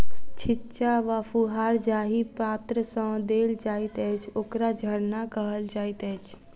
छिच्चा वा फुहार जाहि पात्र सँ देल जाइत अछि, ओकरा झरना कहल जाइत अछि